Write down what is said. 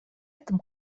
этом